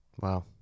Wow